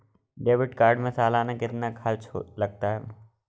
Debit card में सालाना कितना खर्च लगता है?